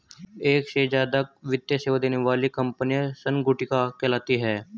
एक से ज्यादा वित्तीय सेवा देने वाली कंपनियां संगुटिका कहलाती हैं